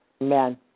Amen